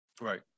right